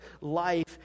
life